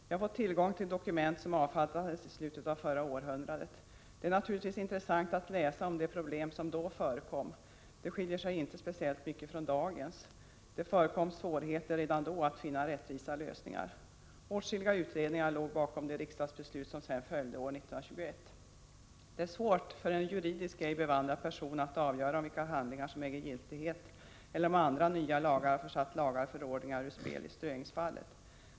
Jag har fått tillgång till dokument som avfattades i slutet av förra århundradet. Det är naturligtvis intressant att läsa om de problem som då förekom; de skiljer sig inte speciellt mycket från dagens, det förekom svårigheter redan då att finna rättvisa lösningar. Åtskilliga utredningar låg bakom de riksdagsbeslut som sedan följde, bl.a. 1921. Det är svårt för en juridiskt ej bevandrad person att avgöra vilka handlingar som äger giltighet eller om andra nya lagar har försatt lagar och förordningar ur spel i ströängsfallet.